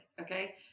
Okay